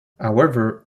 however